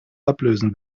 ablösen